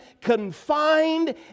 confined